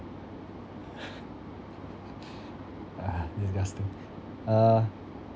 disgusting uh